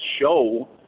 show